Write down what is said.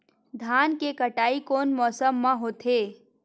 धान के कटाई कोन मौसम मा होथे?